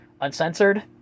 Uncensored